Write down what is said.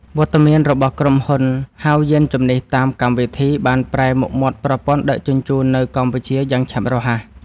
វត្តមានរបស់ក្រុមហ៊ុនហៅយានជំនិះតាមកម្មវិធី បានប្រែមុខមាត់ប្រព័ន្ធដឹកជញ្ជូននៅកម្ពុជាយ៉ាងឆាប់រហ័ស។